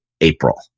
April